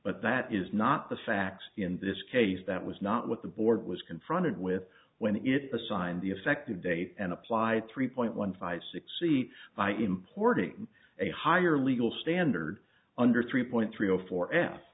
but that is not the facts in this case that was not what the board was confronted with when it assigned the effective date and applied three point one five six c by importing a higher legal standard under three point three zero four